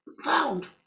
found